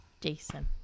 Jason